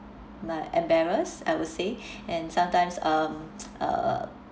like embarrassed I would say and sometimes um uh